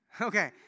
okay